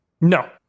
No